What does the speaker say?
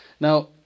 Now